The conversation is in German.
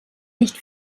nicht